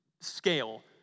scale